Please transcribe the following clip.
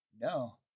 No